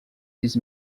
his